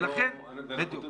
אבל זה לא --- אבל זה נושא אחר.